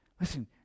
Listen